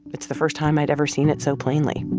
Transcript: it's the first time i'd ever seen it so plainly